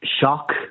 shock